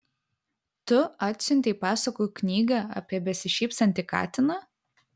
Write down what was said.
tu atsiuntei pasakų knygą apie besišypsantį katiną